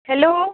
hello